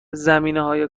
زمینههای